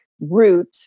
root